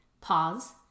pause